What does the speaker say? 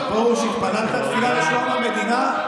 פרוש, התפללת תפילה לשלום המדינה?